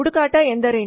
ಹುಡುಕಾಟ ಎಂದರೇನು